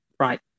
Right